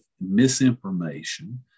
misinformation